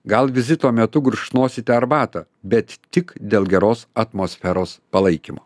gal vizito metu gurkšnosite arbatą bet tik dėl geros atmosferos palaikymo